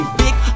big